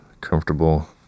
comfortable